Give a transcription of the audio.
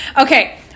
okay